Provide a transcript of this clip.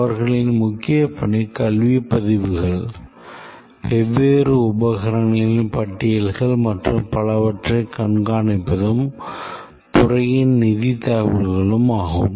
அவர்களின் முக்கிய பணி கல்விப் பதிவுகள் வெவ்வேறு உபகரணங்களின் பட்டியல் மற்றும் பலவற்றைக் கண்காணிப்பதும் துறையின் நிதித் தகவல்களும் ஆகும்